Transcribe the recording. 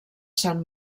sant